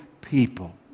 people